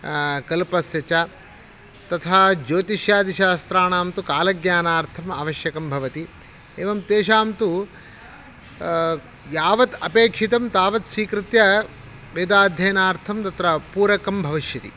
कल्पस्य च तथा ज्योतिषादि शास्त्राणान्तु कालज्ञानार्थम् आवश्यकं भवति एवं तेषां तु यावत् अपेक्षितं तावत् स्वीकृत्य वेदाध्ययनार्थं तत्र पूरकं भविष्यति